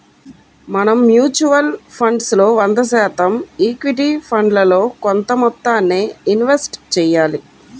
మనం mutual funds లో వంద శాతం ఈక్విటీ ఫండ్లలో కొంత మొత్తాన్నే ఇన్వెస్ట్ చెయ్యాలి